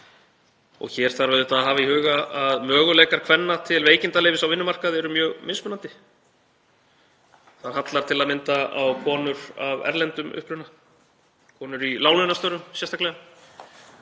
Hér þarf auðvitað að hafa í huga að möguleikar kvenna til veikindaleyfis á vinnumarkaði eru mjög mismunandi. Þar hallar til að mynda á konur af erlendum uppruna, sérstaklega